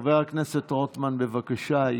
חבר הכנסת רוטמן, בבקשה.